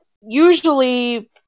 usually